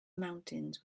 mountains